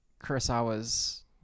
Kurosawa's